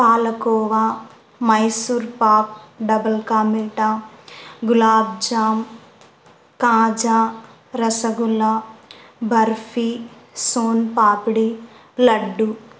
palkova Mysore pak double ka meetha gulab jamun kaja rasgulla barfi son papdi laddu